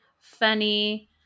funny